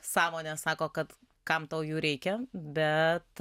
sąmonė sako kad kam tau jų reikia bet